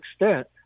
extent